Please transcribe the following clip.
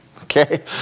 Okay